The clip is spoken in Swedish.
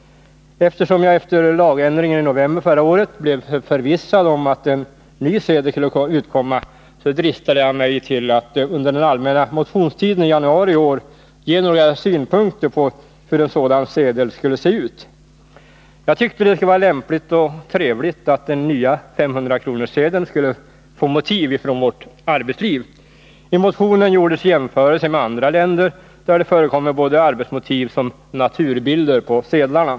Eftersom jag efter lagändringen i november förra året blev förvissad om att en ny sedel skulle utkomma, dristade jag mig till att under den allmänna motionstiden i januari i år ge några synpunkter på hur en sådan sedel skulle kunna se ut. Jag tyckte det skulle vara lämpligt och trevligt om den nya 500 kronorssedeln kunde få motiv ifrån vårt arbetsliv. I motionen gjordes jämförelser med andra länder, där det förekommer såväl arbetsmotiv som naturbilder på sedlarna.